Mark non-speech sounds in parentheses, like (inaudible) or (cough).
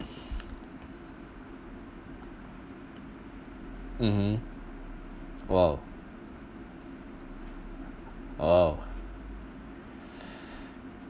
mmhmm !wow! !wow! (breath)